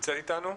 נמצאת איתנו?